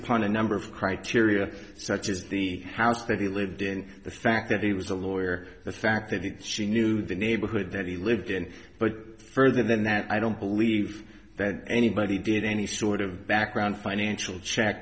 upon a number of criteria such as the house that he lived in the fact that he was a lawyer the fact that it she knew the neighborhood that he lived in but further than that i don't believe that anybody did any sort of background financial check